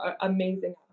amazing